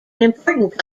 important